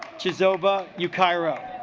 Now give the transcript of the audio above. choose ova you kyra